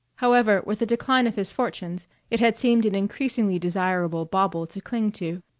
however, with the decline of his fortunes, it had seemed an increasingly desirable bauble to cling to.